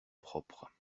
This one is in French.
propre